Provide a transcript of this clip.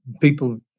people